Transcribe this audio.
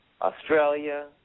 Australia